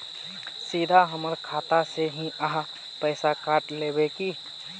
सीधा हमर खाता से ही आहाँ पैसा काट लेबे की?